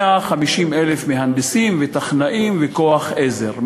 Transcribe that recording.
150,000 מהנדסים וטכנאים וכוח עזר.